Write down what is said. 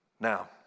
Now